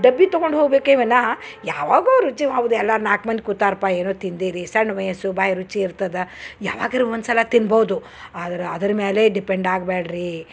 ಡಬ್ಬಿ ತಗೊಂಡು ಹೋಬೇಕೆ ವಿನಃ ಯಾವಾಗೋ ರುಚಿ ಎಲ್ಲ ನಾಲ್ಕು ಮಂದೆ ಕೂತಾರಪ್ಪ ಏನು ತಿಂದೀರಿ ಸಣ್ಣ ವಯಸ್ಸು ಬಾಯಿ ರುಚಿ ಇರ್ತದ ಯಾವಗರು ಒಂದ್ಸಲ ತಿನ್ಬೌದು ಆದ್ರ ಅದ್ರ ಮ್ಯಾಲೇ ಡಿಪೆಂಡ್ ಆಗ್ಬ್ಯಾಡ್ರೀ